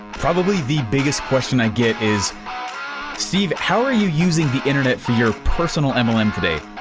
probably the biggest question i get is steve, how are you using the internet for your personal mlm today?